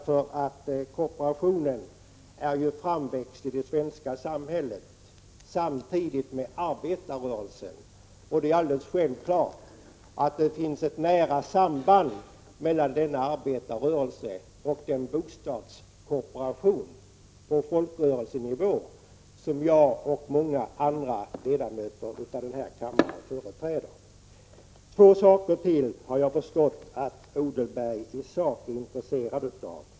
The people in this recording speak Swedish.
För kooperationen är ju framväxt i det svenska samhället samtidigt med arbetarrörelsen. Det är alldeles självklart att det finns nära samband mellan denna arbetarrörelse och den bostadskooperation på folkrörelsenivå som jag och många andra ledamöter av denna kammare företräder. Jag har förstått att Mikael Odenberg i sak är intresserad av två saker.